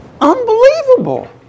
unbelievable